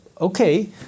okay